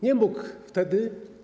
Nie mógł wtedy?